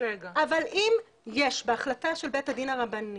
אבל אם יש בהחלטה של בית הדין הרבני